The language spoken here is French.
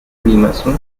colimaçon